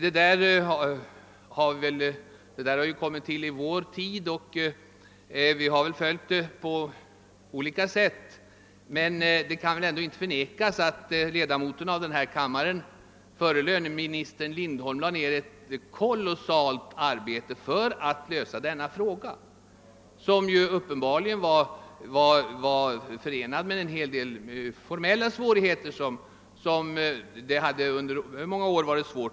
Det är ju en sak som tillhör vår tid och vi har väl alla följt frågan på olika sätt. Uppenbart är emellertid att ledamoten av denna kammare förre löneministern Lindholm lade ned ett mycket stort arbete på att lösa detta spörsmål, vilket var förenat med många formella svårigheter som det tog lång tid att klara.